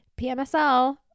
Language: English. PMSL